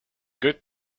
good